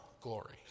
glory